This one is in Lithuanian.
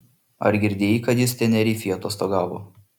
ar girdėjai kad jis tenerifėj atostogavo